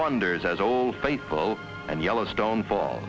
wonders as old faithful and yellowstone fall